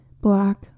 black